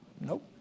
Nope